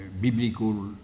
biblical